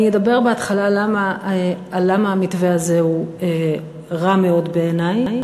אני אדבר בהתחלה למה המתווה הזה הוא רע מאוד בעיני,